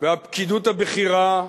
והפקידות הממשלתית הבכירה,